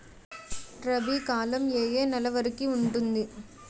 రబీ కాలం ఏ ఏ నెల వరికి ఉంటుంది?